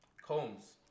Combs